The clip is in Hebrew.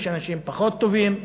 יש אנשים פחות טובים,